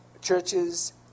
Churches